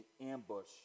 ambush